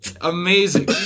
Amazing